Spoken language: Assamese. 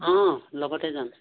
অঁ লগতে যাম